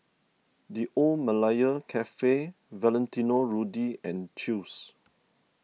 the Old Malaya Cafe Valentino Rudy and Chew's